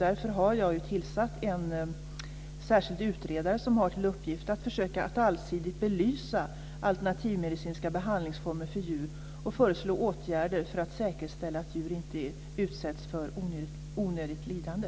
Därför har jag tillsatt en särskild utredare som har till uppgift att försöka att allsidigt belysa alternativmedicinska behandlingsformer för djur och föreslå åtgärder för att säkerställa att djur inte utsätts för onödigt lidande.